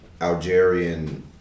Algerian